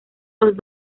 los